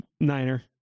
niner